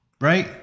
Right